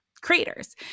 creators